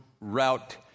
route